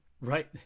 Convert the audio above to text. Right